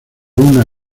una